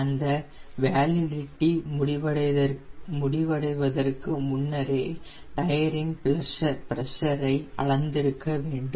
அந்த வேலிடிட்டி முடிவடைவதற்கு முன்னரே நாம் டயரின் பிரஷரை அளந்திருக்க வேண்டும்